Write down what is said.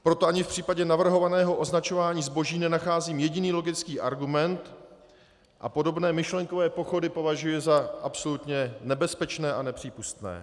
Proto ani v případě navrhovaného označování zboží nenacházím jediný logický argument a podobné myšlenkové pochody považuji za absolutně nebezpečné a nepřípustné.